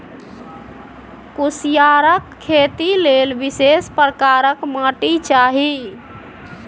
कुसियारक खेती लेल विशेष प्रकारक माटि चाही